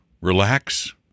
relax